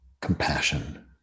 compassion